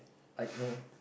like you know